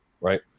right